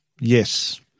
Yes